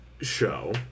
show